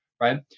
right